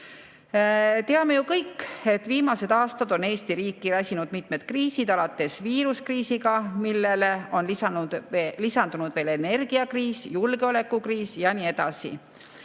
Teame ju kõik, et viimased aastad on Eesti riiki räsinud mitmed kriisid, alates viiruskriisist, millele on lisandunud veel energiakriis, julgeolekukriis jne.